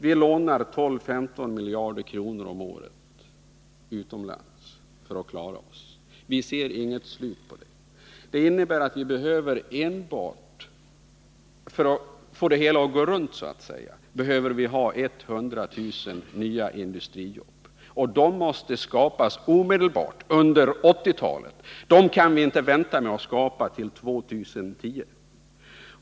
Vi lånar 12 å 15 miljarder kronor om året utomlands för att klara oss. Vi ser inget slut på detta. Enbart för att så att säga få det hela att gå runt behöver vi 100 000 nya industrijobb. De måste skapas under 1980-talet. Dem kan vi inte vänta med att skapa till år 2010.